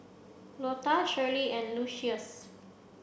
Lota Shirley and Lucius